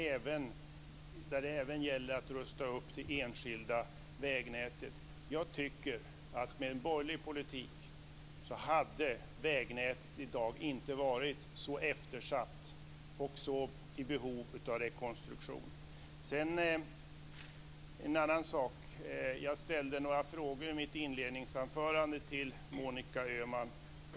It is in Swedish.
Även där gäller det att rusta upp det enskilda vägnätet. Med en borgerlig politik hade vägnätet i dag inte varit så eftersatt och så i behov av rekonstruktion. Så till en annan sak. Jag ställde några frågor i mitt inledningsanförande till Monica Öhman.